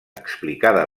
explicada